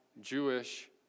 Jewish